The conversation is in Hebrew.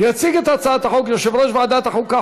יציג את הצעת החוק יושב-ראש ועדת החוקה,